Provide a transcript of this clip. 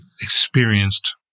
experienced